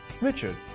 Richard